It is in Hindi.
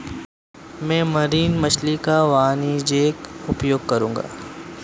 मैं मरीन मछली का वाणिज्यिक उपयोग करूंगा